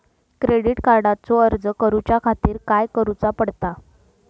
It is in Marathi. क्रेडिट कार्डचो अर्ज करुच्या खातीर काय करूचा पडता?